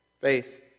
Faith